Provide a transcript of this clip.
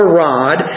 rod